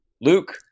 Luke